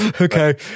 Okay